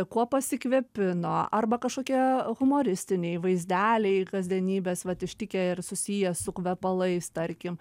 kuo pasikvėpino arba kažkokie humoristiniai vaizdeliai kasdienybės vat ištikę ir susiję su kvepalais tarkim